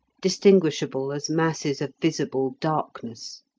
distinguishable as masses of visible darkness.